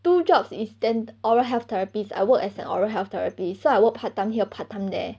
two jobs is den~ oral health therapist I work as an oral health therapist so I work part time here part time there